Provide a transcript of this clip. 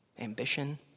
ambition